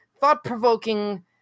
thought-provoking